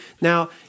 Now